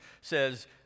says